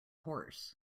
horse